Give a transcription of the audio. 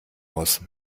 muss